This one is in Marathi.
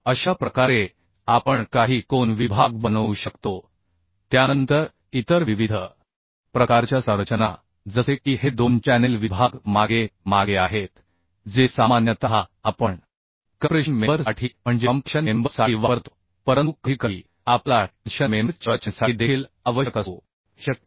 अशा प्रकारे आपण काही कोन विभाग बनवू शकतो त्यानंतर इतर विविध प्रकारच्या संरचना जसे की हे दोन चॅनेल विभाग मागे मागे आहेत जे सामान्यतः आपण कम्प्रेशन मेंबर साठी म्हणजेकॉम्प्रेशन मेंबर साठी वापरतो परंतु कधीकधी आपल्याला टेन्शन मेंबर च्या रचनेसाठी देखील आवश्यक असू शकते